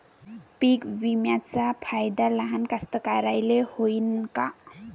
पीक विम्याचा फायदा लहान कास्तकाराइले होईन का?